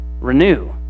Renew